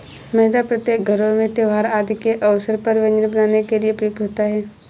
मैदा प्रत्येक घरों में त्योहार आदि के अवसर पर व्यंजन बनाने के लिए प्रयुक्त होता है